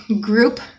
group